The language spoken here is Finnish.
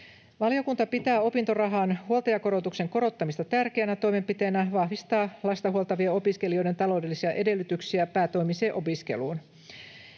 Valiokunta pitää opintorahan huoltajakorotuksen korottamista tärkeänä toimenpiteenä vahvistaa lasta huoltavien opiskelijoiden taloudellisia edellytyksiä päätoimiseen opiskeluun.